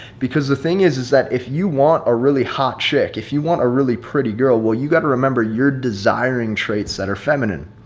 because the thing is is that if you want a really hot chick, if you want a really pretty girl, well, you got to remember you're desiring traits that are feminine,